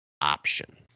option